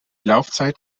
laufzeit